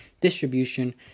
distribution